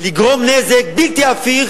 לגרום נזק בלתי הפיך